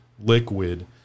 liquid